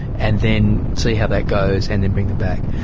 and then see how that goes and then bring them back.